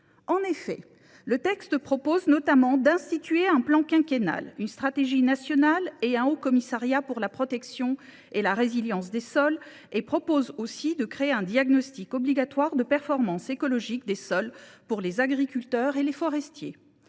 de loi vise notamment à instituer un plan quinquennal, une stratégie nationale et un haut commissariat pour la protection et la résilience des sols. Elle tend aussi à instaurer un diagnostic obligatoire de performance écologique des sols pour les agriculteurs et les forestiers.